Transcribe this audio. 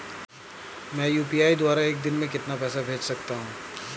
मैं यू.पी.आई द्वारा एक दिन में कितना पैसा भेज सकता हूँ?